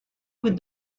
with